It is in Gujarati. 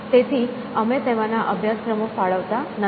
તેથી અમે તેમાંના અભ્યાસક્રમો ફાળવતા નથી